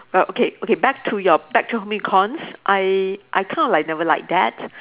but okay okay back to your back to home econs I I kind of like never like that